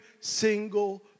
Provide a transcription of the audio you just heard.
single